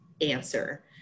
answer